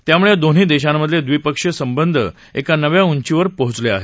त्यामुळे दोन्ही देशांमधले दविपक्षीय संबंध एका नव्या उंचीवर पोहोचले आहेत